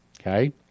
okay